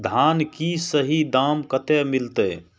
धान की सही दाम कते मिलते?